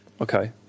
Okay